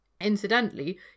Incidentally